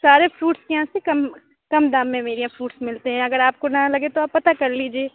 سارے فروٹ یہاں سے کم کم دام میں میرے یہاں فروٹس ملتے ہیں اگر آپ کو نہ لگے تو آپ پتہ کر لیجیے